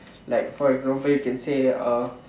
like for example you can say uh